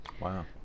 wow